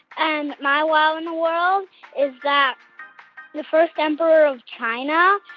and my wow in the world is that the first emperor of china